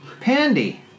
Pandy